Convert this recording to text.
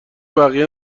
بقیه